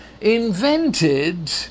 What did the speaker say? invented